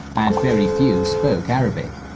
and very few spoke arabic.